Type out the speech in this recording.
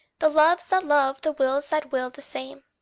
the loves that love, the wills that will the same.